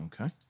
Okay